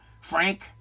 Frank